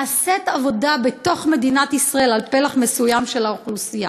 נעשית עבודה בתוך מדינת ישראל על פלח מסוים של האוכלוסייה.